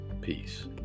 peace